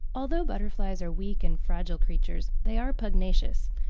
although butterflies are weak and fragile creatures, they are pugnacious,